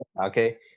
okay